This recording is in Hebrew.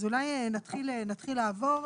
אז אולי נתחיל לעבור,